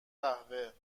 قهوه